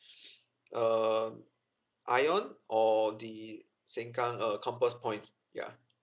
um ion or the sengkang uh compass point ya